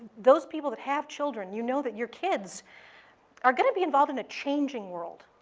those people that have children, you know that your kids are going to be involved in a changing world.